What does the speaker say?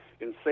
insane